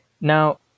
Now